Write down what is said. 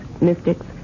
mystics